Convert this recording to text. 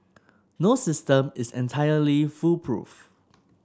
no system is entirely foolproof